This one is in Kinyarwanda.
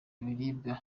ibiribwa